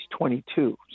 22